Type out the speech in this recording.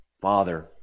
Father